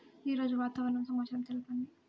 ఈరోజు వాతావరణ సమాచారం తెలుపండి